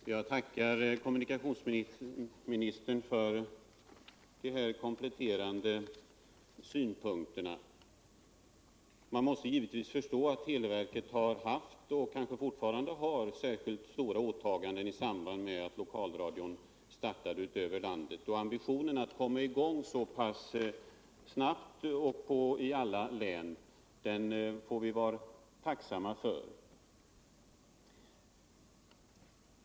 Herr talman! Jag tackar kommunikationsministern för de här kompletterande synpunkterna. Man måste givetevis förstå att televerket har haft — och kanske fortfarande har — stora åtaganden i samband med att lokalradion startat över hela landet. Ambitionerna att komma I gång så pass snabbt i alla län får vi vara tacksamma för.